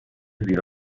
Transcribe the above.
زیر